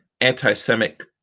anti-Semitic